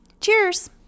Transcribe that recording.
Cheers